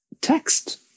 text